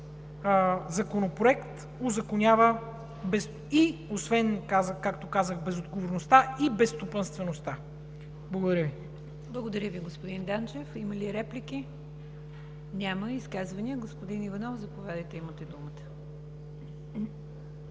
законопроект узаконява освен, както казах, безотговорността и безстопанствеността. Благодаря Ви. ПРЕДСЕДАТЕЛ НИГЯР ДЖАФЕР: Благодаря Ви, господин Данчев. Има ли реплики? Няма. Изказвания? Господин Иванов, заповядайте – имате думата.